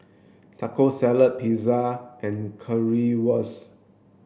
Taco Salad Pizza and Currywurst